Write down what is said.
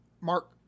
Mark